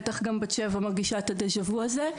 בטח גם בת שבע מרגישה את הדה ז'ה וו הזה,